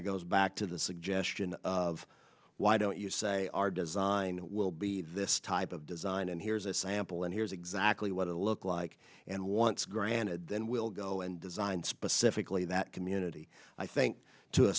of goes back to the suggestion of why don't you say our design will be this type of design and here's a sample and here's exactly what it looks like and wants granted then we'll go and designed specifically that community i think to a